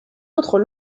autres